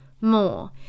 more